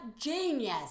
genius